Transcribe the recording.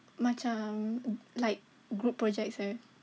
macam like group projects eh